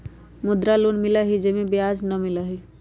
मुद्रा लोन मिलहई जे में ब्याज न लगहई?